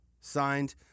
signed